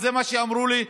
אז זה מה שאמרו לי.